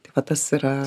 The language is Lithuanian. tai va tas yra